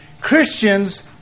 Christians